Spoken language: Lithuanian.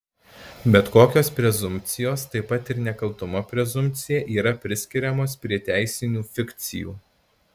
bet kokios prezumpcijos taip pat ir nekaltumo prezumpcija yra priskiriamos prie teisinių fikcijų